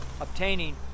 obtaining